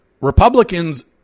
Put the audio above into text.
Republicans